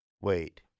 Wait